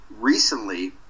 recently